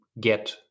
get